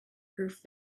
proof